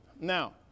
Now